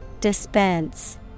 Dispense